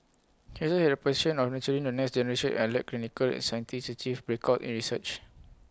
he also had A passion of nurturing the next generation and led clinical and scientists to achieve breakout in research